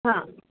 हां